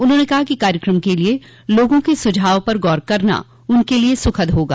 उन्होंने कहा कि कार्यक्रम के लिए लोगों के सुझाव पर गौर करना उनके लिए सुखद होगा